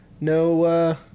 no